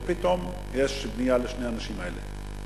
ופתאום יש בנייה לשני האנשים האלה.